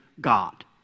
God